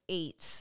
eight